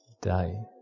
day